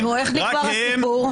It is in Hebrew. נו, ואיך נגמר הסיפור?